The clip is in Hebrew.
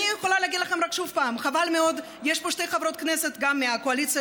לא נוכל להעלות את זה להצבעה.